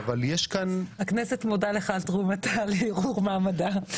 הכנסת מודה לך על תרומתך לערעור מעמדה.